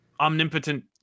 omnipotent